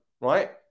right